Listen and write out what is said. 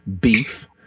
beef